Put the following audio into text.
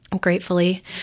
gratefully